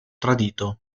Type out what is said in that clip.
tradito